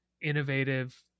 innovative